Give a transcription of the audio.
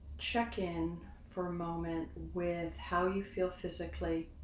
check in for a moment with how you feel. physically.